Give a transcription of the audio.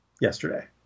yesterday